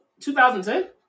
2010